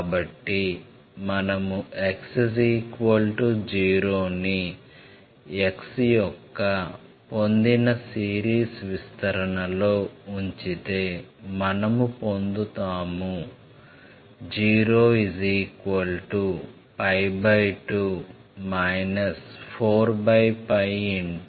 కాబట్టి మనము x 0 ని x యొక్క పొందిన సిరీస్ విస్తరణ లో ఉంచితే మనము పొందుతాము 02 411213215211213215228